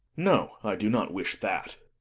no i do not wish that,